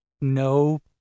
No